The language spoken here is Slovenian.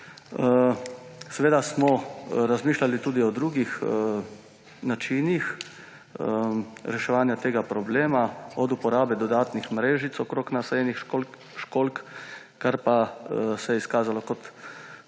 Seveda smo razmišljali tudi o drugih načinih reševanja tega problema, od uporabe dodatnih mrežic okoli posajenih školjk, kar pa se je izkazalo za